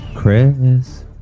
Chris